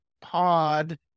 pod